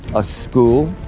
a school,